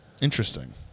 Interesting